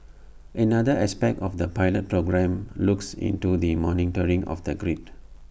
another aspect of the pilot programme looks into the monitoring of the grid